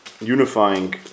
Unifying